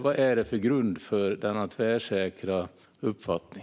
Vad finns det för grund för denna tvärsäkra uppfattning?